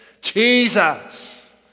Jesus